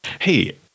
Hey